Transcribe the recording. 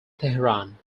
tehran